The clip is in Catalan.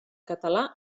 català